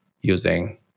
using